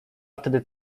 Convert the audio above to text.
wtedy